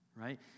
right